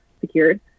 secured